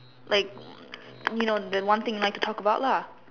like you know the one thing like to talk about lah